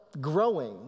growing